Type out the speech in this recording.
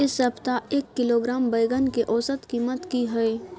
ऐ सप्ताह एक किलोग्राम बैंगन के औसत कीमत कि हय?